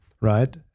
right